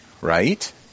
right